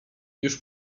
już